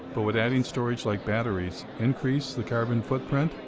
but would adding storage like batteries increase the carbon footprint?